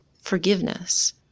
forgiveness